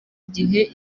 igihe